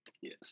Yes